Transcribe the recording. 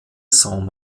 saint